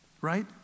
Right